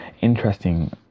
Interesting